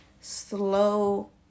slow